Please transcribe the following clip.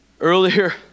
Earlier